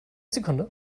sekunde